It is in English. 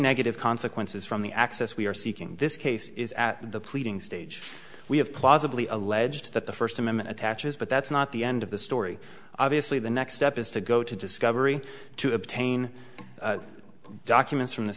negative consequences from the access we are seeking this case is at the pleading stage we have plausibly alleged that the first amendment attaches but that's not the end of the story obviously the next step is to go to discovery to obtain documents from the